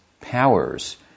powers